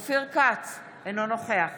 אינו נוכח